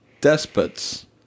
despots